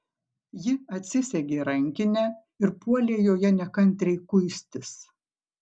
ji atsisegė rankinę ir puolė joje nekantriai kuistis